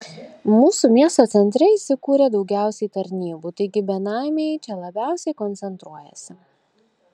mūsų miesto centre įsikūrę daugiausiai tarnybų taigi benamiai čia labiausiai koncentruojasi